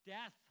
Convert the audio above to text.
Death